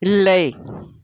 இல்லை